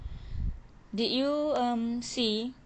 did you um see